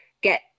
get